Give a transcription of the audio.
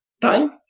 time